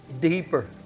Deeper